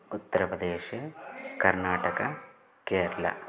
उत्तरप्रदेशे कर्नाटक केरला